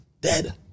Dead